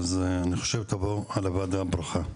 אני חושב שתבוא על הוועדה הברכה.